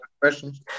questions